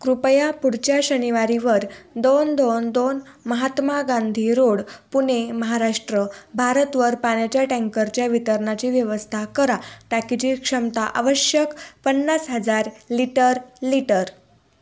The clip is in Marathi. कृपया पुढच्या शनिवारीवर दोन दोन दोन महात्मा गांधी रोड पुणे महाराष्ट्र भारतवर पाण्याच्या टँकरच्या वितरणाची व्यवस्था करा टाकीची क्षमता आवश्यक पन्नास हजार लिटर लिटर